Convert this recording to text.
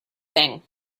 thing